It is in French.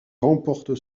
remporte